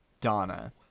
Donna